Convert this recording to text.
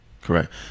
Correct